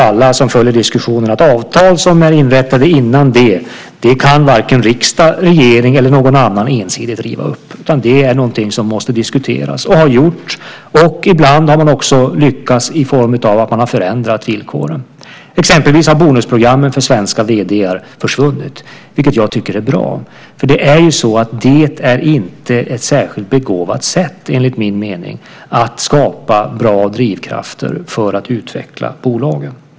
Alla som följer diskussionen vet att varken riksdag, regering eller någon annan ensidigt kan riva upp avtal som är inrättade innan dess. Det är någonting som måste diskuteras. Det har också gjorts, och ibland har man lyckats i form av att man har förändrat villkoren. Exempelvis har bonusprogrammen för svenska vd:ar försvunnit, vilket jag tycker är bra. Det är inte något särskilt begåvat sätt, enligt min mening, att skapa bra drivkrafter för att utveckla bolagen.